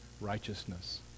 righteousness